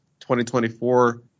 2024